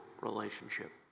relationship